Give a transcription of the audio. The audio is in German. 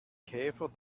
käfer